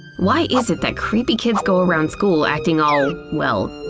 why is it that creepy kids go around school acting all, well,